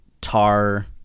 tar